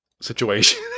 situation